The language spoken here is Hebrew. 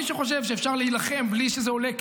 מי שחושב שאפשר להילחם בלי שזה עולה,